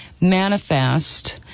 manifest